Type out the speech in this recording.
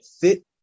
fit